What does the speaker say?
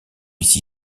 ici